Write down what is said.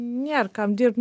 nėr kam dirbt